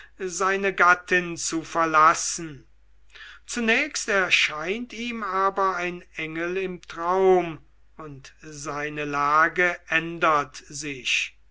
seine gattin zu verlassen zunächst erscheint ihm aber der engel im traum und seine lage ändert sich